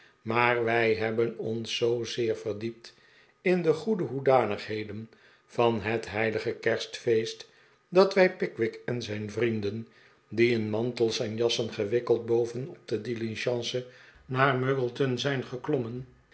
maar wij hebben ons zoozeer verdiept in de goede hoedanigheden van het heilige kerstfeest dat wij pickwick en zijn vrienden die in mantels en jassen gewikkeld boven op de diligence naar muggleton zijn geklommen